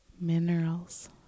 Minerals